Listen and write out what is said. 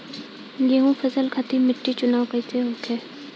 गेंहू फसल खातिर मिट्टी चुनाव कईसे होखे?